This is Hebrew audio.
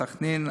סח'נין,